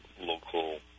local